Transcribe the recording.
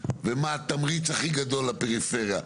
ומה התמריץ הכי גדול לפריפריה,